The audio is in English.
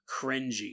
cringy